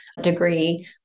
degree